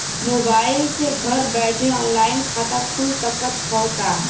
Mobile से घर बैठे ऑनलाइन खाता खुल सकत हव का?